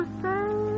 say